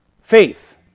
Faith